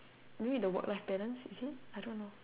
maybe the work life balance it seem I don't know